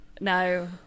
No